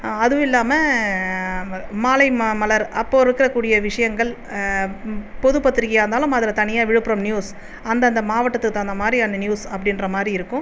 அதுவும் இல்லாமல் மாலை ம மலர் அப்போது இருக்கக்கூடிய விஷயங்கள் ம் பொது பத்திரிக்கையாக இருந்தாலும் அதில் தனியாக விழுப்புரம் நியூஸ் அந்தந்த மாவட்டத்துக்கு தகுந்த மாதிரியான நியூஸ் அப்படின்ற மாதிரி இருக்கும்